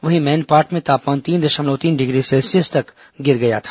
वहीं मैनपाट में तापमान तीन दशमलव तीन डिग्री सेल्सियस तक गिर गया था